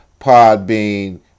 Podbean